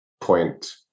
point